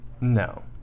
No